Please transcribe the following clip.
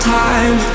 time